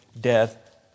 death